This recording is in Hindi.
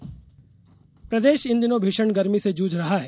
मौसम गर्मी प्रदेश इन दिनों भीषण गर्मी से जूझ रहा है